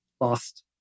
lost